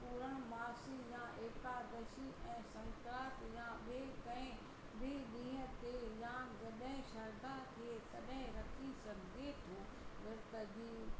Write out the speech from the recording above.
पूर्णमासी या एकादशी ऐं संक्रांत या ॿिए कंहिं ॿी ॾींहं ते या जॾहिं श्रध्दा थिए तॾहिं रखी सघिजे थो विर्त जी